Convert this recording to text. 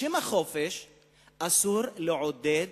בשם החופש אסור לעודד